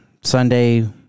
Sunday